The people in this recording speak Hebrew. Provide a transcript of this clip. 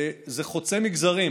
זה חוצה מגזרים,